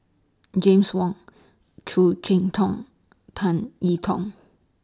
James Wong Khoo Cheng Tiong Tan E Tong